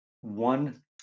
one